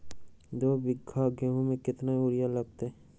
दो बीघा गेंहू में केतना यूरिया लगतै?